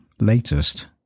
latest